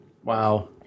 Wow